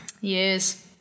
Yes